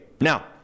now